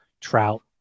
Trout